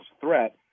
threat